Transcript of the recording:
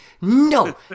no